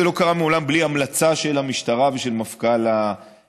זה לא קרה מעולם בלי המלצה של המשטרה ושל מפכ"ל המשטרה,